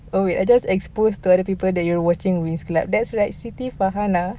oh wait I just exposed to other people that you are watching winx club that's right siti farhanah